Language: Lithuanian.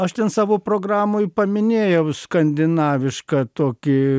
aš ten savo programoj paminėjau skandinavišką tokį